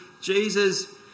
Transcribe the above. Jesus